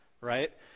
right